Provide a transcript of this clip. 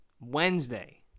Wednesday